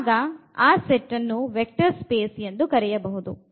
ಆಗ ಆ ಸೆಟ್ಟನ್ನು ವೆಕ್ಟರ್ ಸ್ಪೇಸ್ ಎಂದು ಕರೆಯಬಹುದು